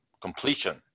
completion